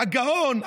הגאון,